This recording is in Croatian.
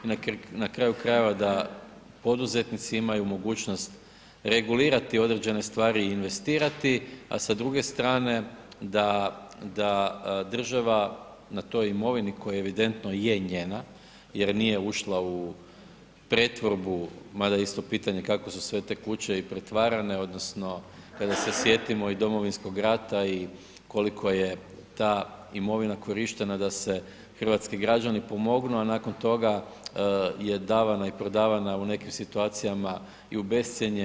I na kraju krajeva da poduzetnici imaju mogućnost regulirati određene stvari i investirati, a sa druge strane da država na toj imovini koja evidentno je njena jer nije ušla u pretvorbu, mada je isto pitanje kako su sve te kuće i pretvarane odnosno kada se sjetimo i Domovinskog rata i koliko je ta imovina korištena da se hrvatski građani pomognu, a nakon toga je davana i prodavana u nekim situacijama i u bescjenje.